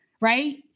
right